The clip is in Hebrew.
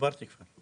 דיברתי כבר.